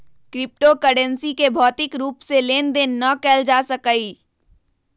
crypto currency के भौतिक रूप से लेन देन न कएल जा सकइय